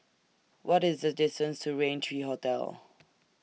What IS The distance to Raint three Hotel